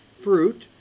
Fruit